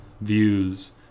views